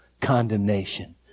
condemnation